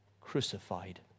crucified